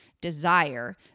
desire